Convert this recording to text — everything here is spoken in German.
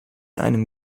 einem